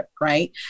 right